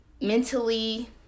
mentally